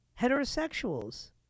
heterosexuals